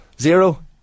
zero